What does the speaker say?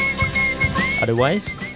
Otherwise